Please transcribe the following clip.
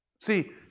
See